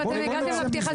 אם אתם הגעתם לפתיחה,